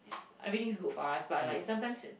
everything's good for us but sometimes